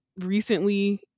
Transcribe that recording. recently